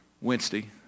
Wednesday